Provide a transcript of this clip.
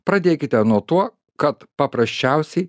pradėkite nuo to kad paprasčiausiai